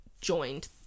joined